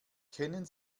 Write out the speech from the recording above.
kennen